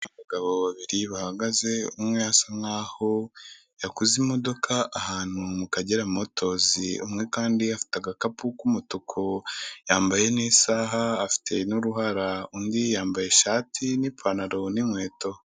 Abagabo babiri bahagaze umwe asa nkaho yaguze imodoka ahantu mu kagera motozi umwe kandi afite agakapu k'umutuku yambaye n'isaha afite n'uruhara, undi yambaye ishati n'ipantaro n'inkweto.